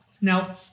Now